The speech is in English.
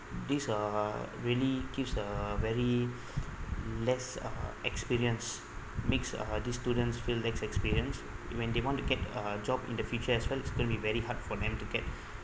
this are really gives the very less uh experience makes uh this students feel less experience when they want to get a job in the future as well it's gonna be very hard for them to get